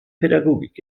pädagogik